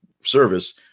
service